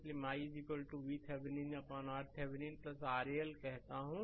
इसलिए i VThevenin RThevenin RL कहता हूं